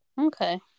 okay